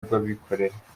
rw’abikorera